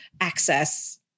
access